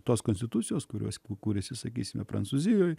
tos konstitucijos kurios kuriasi sakysime prancūzijoje